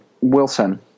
Wilson